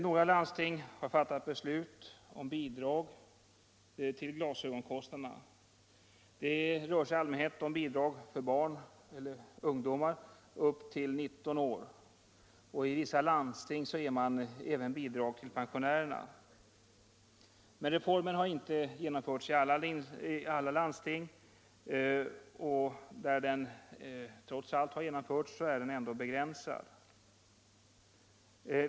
Några landsting har fattat beslut om bidrag till glasögonkostnaderna. Det rör sig i allmänhet om bidrag för barn eller ungdomar upp till 19 år, och i vissa landsting ger man även bidrag till pensionärerna. Men reformen har inte genomförts i alla landsting, och där den trots allt har genomförts är den ändå begränsad.